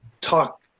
talk